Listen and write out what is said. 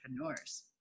entrepreneurs